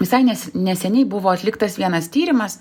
visai neseniai buvo atliktas vienas tyrimas